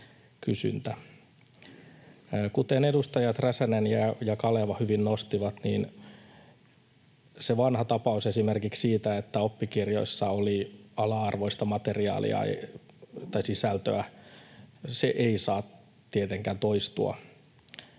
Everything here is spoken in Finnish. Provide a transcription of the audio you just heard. Kuten edustajat Räsänen ja Kaleva hyvin nostivat, niin se vanha tapaus esimerkiksi siitä, että oppikirjoissa oli ala-arvoista materiaalia tai sisältöä, ei saa tietenkään toistua.